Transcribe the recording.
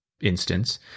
instance